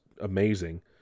amazing